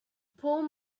poor